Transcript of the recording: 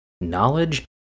knowledge